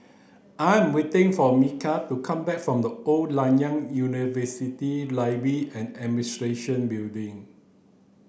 I am waiting for Mikel to come back from The Old Nanyang University and Administration Building